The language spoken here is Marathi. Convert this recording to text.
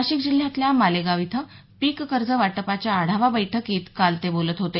नाशिक जिल्ह्यातल्या मालेगाव इथं पिक कर्ज वाटपाच्या आढावा बैठकीत काल ते बोलत होते